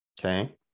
Okay